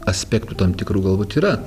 aspektų tam tikrų galbūt yra